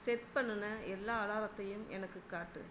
set பண்ணின எல்லா அலாரத்தையும் எனக்கு காட்டு